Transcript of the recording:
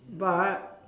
but